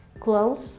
Close